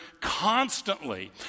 constantly